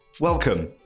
Welcome